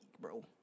bro